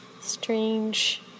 strange